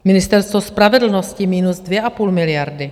Ministerstvo spravedlnosti minus 2,5 miliardy;